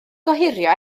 gohirio